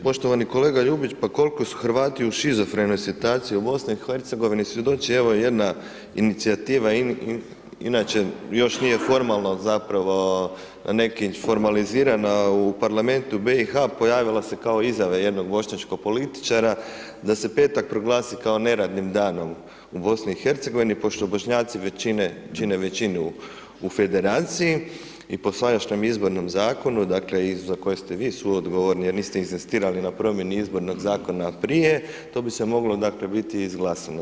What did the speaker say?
Poštovani kolega Ljubić, pa kol'ko su Hrvati u šizofrenoj situaciji u Bosni i Hercegovini svjedoci, evo jedna inicijativa inače još nije formalno zapravo, nekim formalizirana u parlamentu BiH, pojavila se kao Izjava jednog bošnjačkog političara da se petak proglasi kao neradnim danom u Bosni i Hercegovini, pošto Bošnjaci većine, čine većinu u Federaciji, i po sadašnjem izbornom zakonu, dakle, i za koji ste vi suodgovorni jer niste inzistirali na promjeni izbornog zakona od prije, to bi se moglo, dakle, biti izglasano.